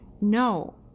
no